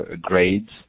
grades